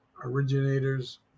Originator's